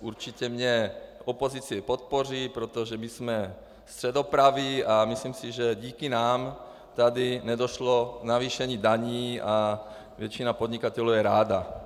Určitě mě opozice podpoří, protože my jsme středopraví a myslím si, že díky nám tady nedošlo k navýšení daní a většina podnikatelů je ráda.